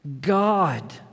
God